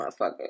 motherfucker